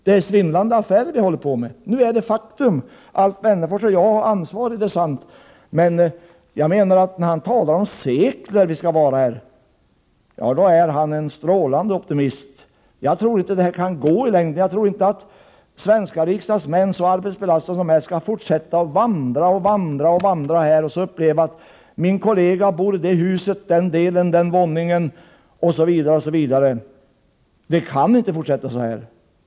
Det är svindlande affärer som vi håller på med. Det är ett faktum. Alf Wennerfors och jag har ett ansvar; det är sant. Alf Wennerfors sade att riksdagen skall vara kvar här i sekler. Då är han en strålande optimist. Jag tror inte att det går i längden. Jag tror inte att arbetsbelastade svenska riksdagsmän vill fortsätta att vandra och vandra. En kollega bor i det huset, den delen och den våningen. Det kan inte fortsätta så här.